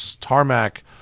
tarmac